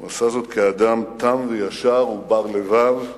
הוא עשה זאת כאדם תם וישר, ובר לבב,